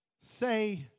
say